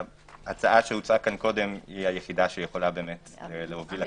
ההצעה שעלתה פה קודם היא היחידה שיכולה להוביל לכך.